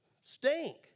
stink